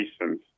license